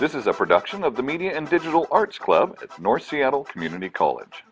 this is a production of the media and digital arts club north seattle community college